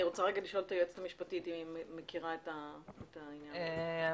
אני רוצה לשאול את היועצת המשפטית אם היא מכירה את הנושא הזה.